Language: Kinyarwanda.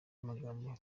magambo